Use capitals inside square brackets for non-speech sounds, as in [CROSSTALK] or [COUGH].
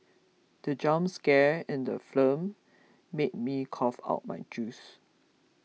the jump scare in the [UNINTELLIGIBLE] made me cough out my juice